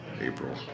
April